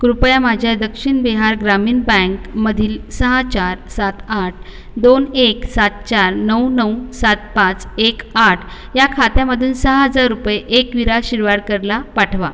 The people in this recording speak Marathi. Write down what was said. कृपया माझ्या दक्षिण बिहार ग्रामीण बँकमधील सहा चार सात आठ दोन एक सात चार नऊ नऊ सात पाच एक आठ या खात्यामधून सहा हजार रुपये एकवीरा शिरवाडकरला पाठवा